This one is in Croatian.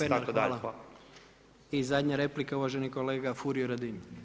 I zadnja replika uvaženi kolega Furio Radin.